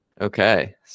Okay